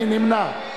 מי נמנע?